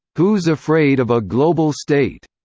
who's afraid of a global state?